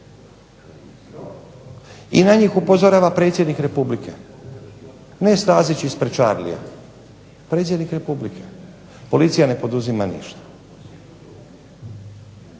I na njih upozorava predsjednik Republike. Ne Stazić ispred Charlia, predsjednik Republike. Policija ne poduzima ništa.